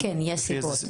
כן, יש סיבות.